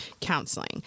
counseling